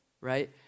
right